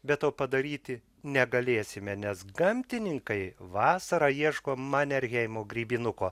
bet to padaryti negalėsime nes gamtininkai vasarą ieško manerheimo grybinuko